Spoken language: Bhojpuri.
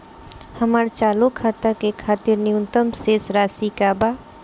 हमार चालू खाता के खातिर न्यूनतम शेष राशि का बा?